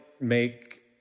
make